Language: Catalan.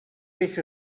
peix